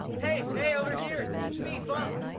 hey hey over here! it's me funke!